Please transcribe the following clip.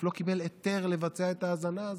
לא קיבלו היתר לבצע את ההאזנות האלה.